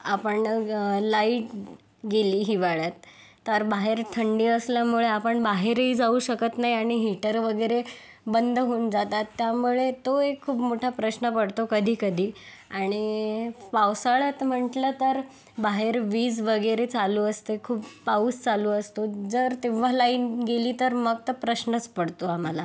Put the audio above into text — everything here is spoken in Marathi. आपण लाईट गेली हिवाळ्यात तर बाहेर थंडी असल्यामुळे आपण बाहेरही जाऊ शकत नाही आणि हीटर वगैरे बंद होऊन जातात त्यामुळे तो एक खूप मोठा प्रश्न पडतो कधीकधी आणि पावसाळ्यात म्हटलं तर बाहेर वीज वगैरे चालू असते खूप पाऊस चालू असतो जर तेव्हा लाईन गेली तर मग तर प्रश्नच पडतो आम्हाला